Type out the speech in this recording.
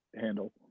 handle